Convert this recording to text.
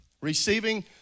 receiving